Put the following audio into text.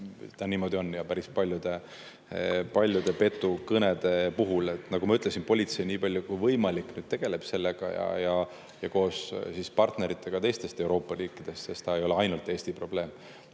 Niimoodi on. Ja päris paljude petukõnede puhul. Nagu ma ütlesin, politsei nii palju kui võimalik tegeleb sellega, ka koos partneritega teistest Euroopa riikidest, sest see ei ole ainult Eesti probleem.